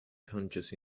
punches